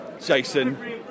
Jason